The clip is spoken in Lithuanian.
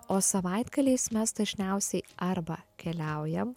o savaitgaliais mes dažniausiai arba keliaujam